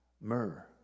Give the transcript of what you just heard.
myrrh